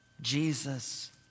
Jesus